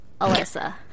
Alyssa